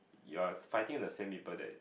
you are finding the same people that